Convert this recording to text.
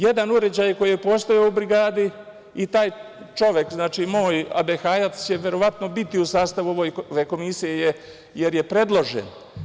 Jedan uređaj koji je postojao u brigadi, i taj čovek, znači moj Abehajac će verovatno biti u sastavu komisije, jer je predložen.